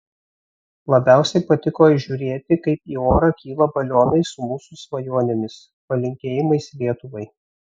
labiausiai patiko žiūrėti kaip į orą kyla balionai su mūsų svajonėmis palinkėjimais lietuvai